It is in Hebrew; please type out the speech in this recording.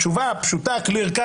כלומר, תשובה פשוטה וברורה.